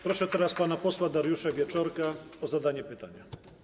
Proszę teraz pana posła Dariusza Wieczorka o zadanie pytania.